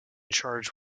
charge